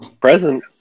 Present